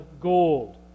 gold